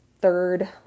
third